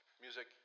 Music